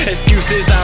Excuses